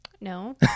No